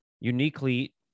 uniquely